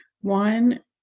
one